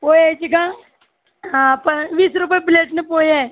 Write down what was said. पोह्याची का हां पण वीस रुपये प्लेटने पोहे आहे